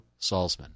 Salzman